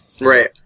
Right